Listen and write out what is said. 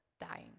dying